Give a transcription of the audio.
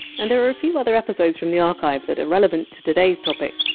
and there are a few other episodes from the archive that are relevant to today! s topic.